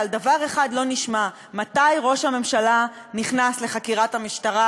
ועל דבר אחד לא נשמע: מתי ראש הממשלה נכנס לחקירת המשטרה